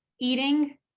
eating